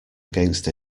against